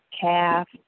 calf